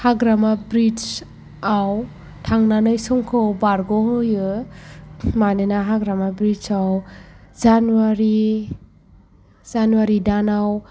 हाग्रामा ब्रिड्जआव थांनानै समखौ बारग'हैयो मानोना हाग्रामा ब्रिड्जआव जानुवारि जानुवारि दानाव